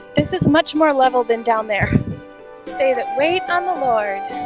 this is much more level than down there they that wait on the lord